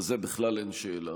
בזה בכלל אין שאלה.